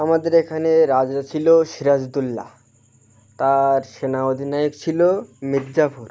আমাদের এখানে রাজারা ছিলো সিরাজউদোল্লা তার সেনা অধিনায়ক ছিলো মীরজাফর